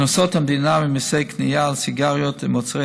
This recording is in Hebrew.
הכנסות המדינה ממיסי קנייה על סיגריות ומוצרי